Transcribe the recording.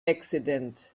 accident